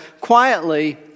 quietly